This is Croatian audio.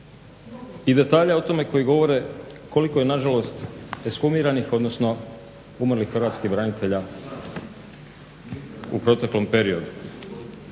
i detalja o tome koji govore koliko je nažalost ekshumiranih, odnosno umrlih hrvatskih branitelja u proteklom periodu.